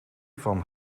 van